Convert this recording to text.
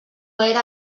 era